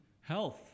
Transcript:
health